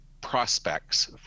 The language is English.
prospects